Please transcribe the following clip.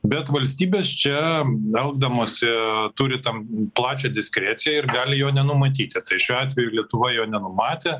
bet valstybės čia elgdamosi turi tam plačią diskreciją ir gali jo nenumatyti tai šiuo atveju lietuva jo nenumatė